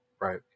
Right